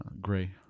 Gray